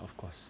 of course